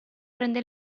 prende